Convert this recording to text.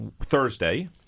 Thursday